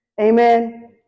Amen